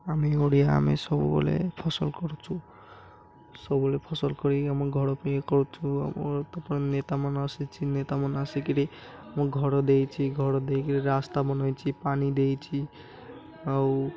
ଆମେ ଓଡ଼ିଆ ଆମେ ସବୁବେଳେ ଫସଲ କରୁଛୁ ସବୁବେଳେ ଫସଲ କରି ଆମ ଘର ପିଇ କରୁଛୁ ଆମ ତା'ପରେ ନେତା ମାନ ଆସିଛି ନେତା ମାନ ଆସିକିରି ଆମ ଘର ଦେଇଛି ଘର ଦେଇକିରି ରାସ୍ତା ବନେଇଛି ପାାଣି ଦେଇଛି ଆଉ